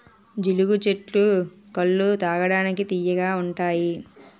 జీలుగు చెట్టు కల్లు తాగడానికి తియ్యగా ఉంతాయి